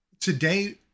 today